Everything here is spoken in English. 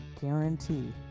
guarantee